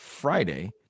Friday